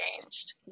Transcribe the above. changed